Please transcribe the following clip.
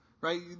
right